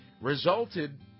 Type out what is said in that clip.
resulted